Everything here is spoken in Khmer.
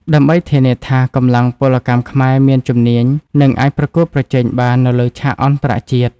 ដើម្បីធានាថាកម្លាំងពលកម្មខ្មែរមានជំនាញ និងអាចប្រកួតប្រជែងបាននៅលើឆាកអន្តរជាតិ។